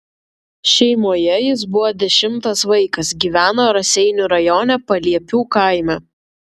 šeimoje jis buvo dešimtas vaikas gyveno raseinių rajone paliepių kaime